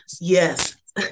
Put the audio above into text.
Yes